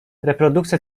reprodukcja